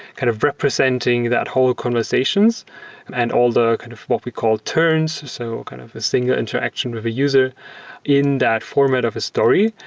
kind of representing that whole conversations and all the kind of what we call turns. so, kind of a single interaction with a user in that format of a story,